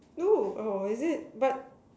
no oh is it but